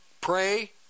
pray